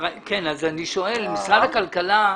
אני שואל את משרד הכלכלה.